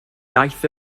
iaith